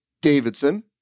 Davidson